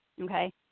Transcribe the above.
Okay